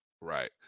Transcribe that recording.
Right